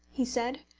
he said.